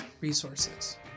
resources